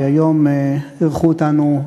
שהיום אירחו אותנו,